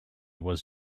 was